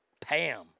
Pam